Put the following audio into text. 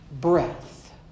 breath